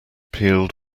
peeled